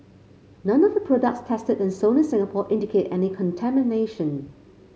none of the products tested and sold in Singapore indicate any contamination